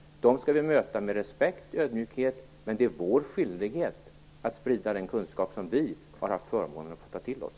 Vi skall möta dem med respekt och ödmjukhet, men det är vår skyldighet att sprida den kunskap som vi har haft förmånen att få ta till oss.